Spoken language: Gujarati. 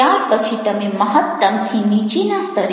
ત્યાર પછી તમે મહત્તમ થી નીચેના સ્તરે છો